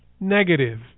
negative